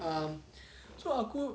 um so aku